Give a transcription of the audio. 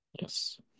Yes